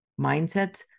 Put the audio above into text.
mindsets